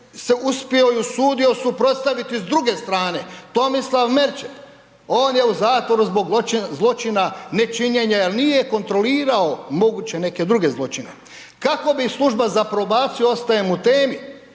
uspio i usudio suprotstaviti s druge strane, Tomislav Merčep, on je u zatvoru zbog zločina, nečinjenja jer nije kontrolirao moguće neke druge zločine. Kako bi služba za probaciju, ostajem u temi,